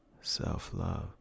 Self-love